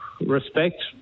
respect